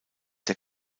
der